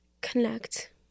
connect